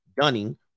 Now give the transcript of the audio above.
Dunning